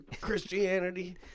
Christianity